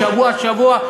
שבוע-שבוע,